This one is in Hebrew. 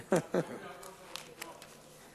כושר השכנוע,